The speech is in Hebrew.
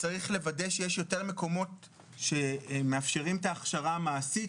צריך לוודא שיש יותר מקומות שמאפשרים את ההכשרה המעשית,